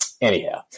Anyhow